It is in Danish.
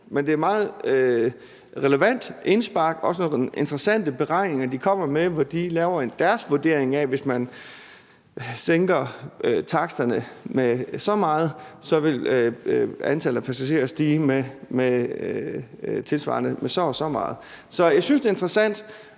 Men det er et meget relevant indspark og også nogle interessante beregninger, de kommer med, hvor de laver deres vurdering af, at hvis man sænker taksterne med så meget, vil antallet af passagerer stige tilsvarende med så og så meget. Så jeg synes, det er interessant,